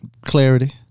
clarity